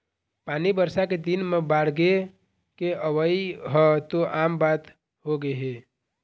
पानी बरसा के दिन म बाड़गे के अवइ ह तो आम बात होगे हे